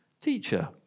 Teacher